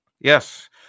Yes